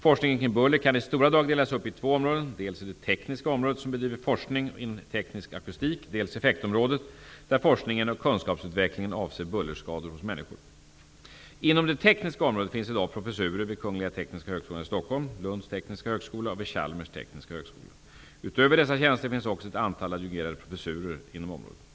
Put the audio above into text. Forskningen kring buller kan i stora drag delas upp i två områden, dels det tekniska området, som bedriver forskning inom teknisk akustik, dels effektområdet, där forskningen och kunskapsutvecklingen avser bullerskador hos människor. Inom det tekniska området finns i dag professurer vid Kungliga tekniska högskolan i Stockholm, Lunds tekniska högskola och vid Chalmers tekniska högskola. Utöver dessa tjänster finns också ett antal adjungerade professurer inom området.